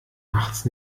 nachts